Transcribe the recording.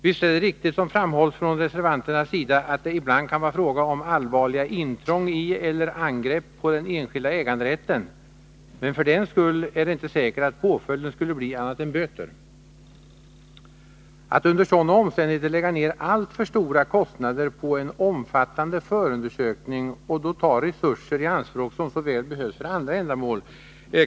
Visst är det, som framhålls från reservanternas sida, riktigt att det ibland kan vara fråga om allvarliga intrång i eller angrepp mot den enskilda äganderätten, men för den skull är det inte säkert att påföljden skulle bli annat än böter. Det är inte rimligt att under sådana omständigheter lägga ner alltför stora kostnader på en omfattande förundersökning och ta i anspråk resurser som så väl behövs för andra ändamål.